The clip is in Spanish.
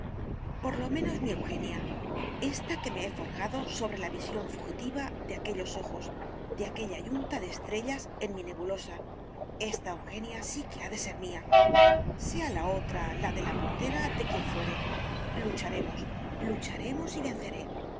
por lo menos mi eugenia ésta que me he forjado sobre la visión fugitiva de aquellos ojos de aquella yunta de estrellas en mi nebulosa esta eugenia sí que ha de ser mía sea la otra la de la portera de quien fuere lucharemos lucharemos y venceré